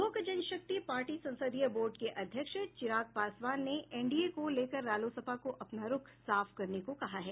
लोक जन शक्ति पार्टी संसदीय बोर्ड के अध्यक्ष चिराग पासवान ने एनडीए को लेकर रालोसपा को अपना रूख साफ करने को कहा है